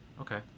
Okay